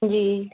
ਜੀ